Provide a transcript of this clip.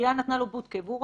הוא רצח,